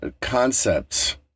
concepts